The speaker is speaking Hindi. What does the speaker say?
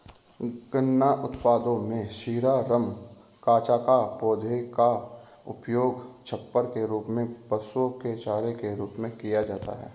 गन्ना उत्पादों में शीरा, रम, कचाका, पौधे का उपयोग छप्पर के रूप में, पशुओं के चारे के रूप में किया जाता है